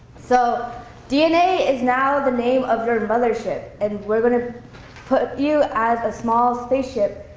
so dna is now the name of your mothership, and we're going to put you as a small spaceship